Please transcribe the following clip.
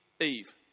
Eve